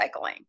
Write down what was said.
recycling